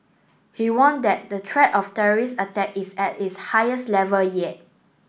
he warned that the threat of terrorist attack is at its highest level yet